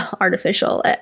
Artificial